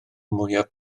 mwyaf